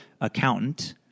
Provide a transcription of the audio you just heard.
accountant